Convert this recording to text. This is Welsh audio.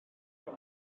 nawr